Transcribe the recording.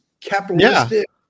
capitalistic